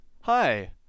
hi